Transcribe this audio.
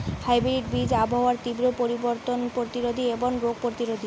hybrid বীজ আবহাওয়ার তীব্র পরিবর্তন প্রতিরোধী এবং রোগ প্রতিরোধী